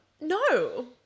No